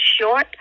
short